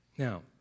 Now